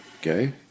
Okay